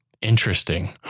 Interesting